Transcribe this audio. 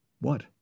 What